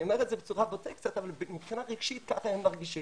אני אומר את זה בצורה בוטה קצת אבל מבחינה רגשית ככה הם מרגישים.